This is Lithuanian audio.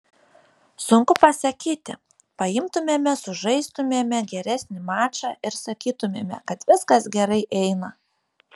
sunku pasakyti paimtumėme sužaistumėme geresnį mačą ir sakytumėme kad viskas gerai eina